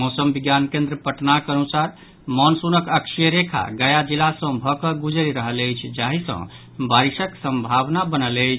मौसम विज्ञान केन्द्र पटनाक अनुसार मॉनसूनक अक्षीय रेखा गया जिला सँ भऽ कऽ गुजरि रहल अछि जाहि सँ बारिशक सम्भावना बनल अछि